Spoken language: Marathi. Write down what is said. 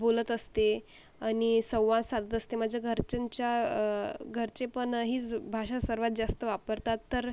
बोलत असते आणि संवाद साधत असते माझ्या घरच्यांच्या घरचे पण हीच भाषा सर्वात जास्त वापरतात तर